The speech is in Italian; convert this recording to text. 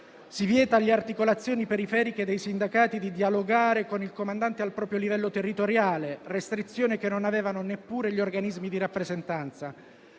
Si vieta alle articolazioni periferiche dei sindacati di dialogare con il comandante al proprio livello territoriale, restrizione che non avevano neppure gli organismi di rappresentanza.